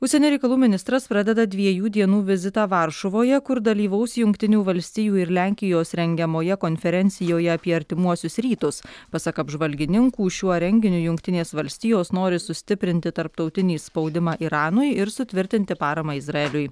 užsienio reikalų ministras pradeda dviejų dienų vizitą varšuvoje kur dalyvaus jungtinių valstijų ir lenkijos rengiamoje konferencijoje apie artimuosius rytus pasak apžvalgininkų šiuo renginiu jungtinės valstijos nori sustiprinti tarptautinį spaudimą iranui ir sutvirtinti paramą izraeliui